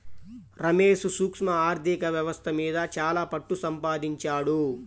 రమేష్ సూక్ష్మ ఆర్ధిక వ్యవస్థ మీద చాలా పట్టుసంపాదించాడు